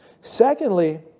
Secondly